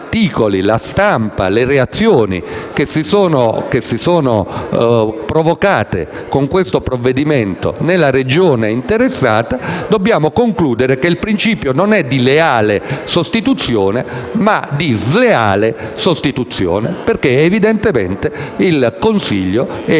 di stampa le reazioni provocate da questo provvedimento nella Regione interessata, dobbiamo concludere che il principio non è di leale sostituzione, ma di sleale sostituzione, perché evidentemente il Consiglio e